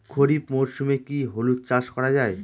খরিফ মরশুমে কি হলুদ চাস করা য়ায়?